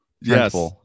Yes